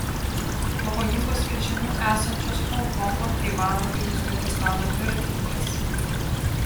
pavojingos ir žemiau esančios honkongo taivano bei uzbekistano dviratininkės